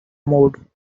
mode